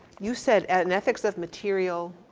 you said, at an ethics of material?